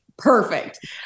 Perfect